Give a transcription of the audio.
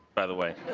by the way.